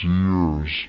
years